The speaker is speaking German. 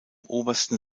obersten